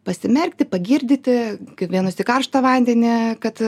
prasimerkti pagirdyti kaip kiekvienus į karštą vandenį kad